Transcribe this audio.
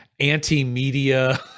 anti-media